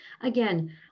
Again